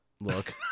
look